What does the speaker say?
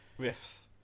riffs